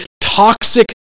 toxic